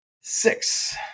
Six